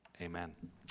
Amen